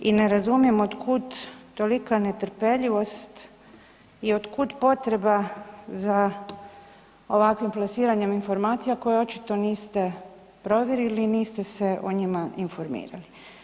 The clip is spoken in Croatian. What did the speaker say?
I ne razumijem otkud tolika netrpeljivost i otkud potreba za ovakvim plasiranjem informacija koje očito niste provjerili i niste se o njima informirali.